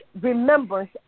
remembrance